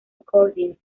recordings